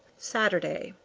saturday.